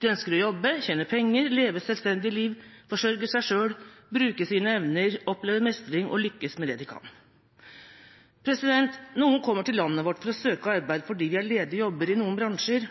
de ønsker å jobbe, tjene penger, leve selvstendige liv, forsørge seg selv, bruke sine evner, oppleve mestring og lykkes med det de kan. Noen kommer til landet vårt for å søke arbeid fordi vi har ledige jobber i noen bransjer.